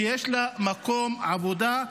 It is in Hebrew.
שיש לה מקום עבודה,